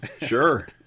Sure